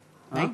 סליחה, מה אתי?